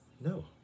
No